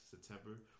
September